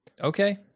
Okay